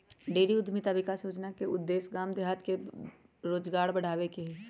dairy उद्यमिता विकास योजना के उद्देश्य गाम देहात में रोजगार बढ़ाबे के हइ